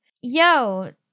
Yo